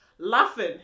laughing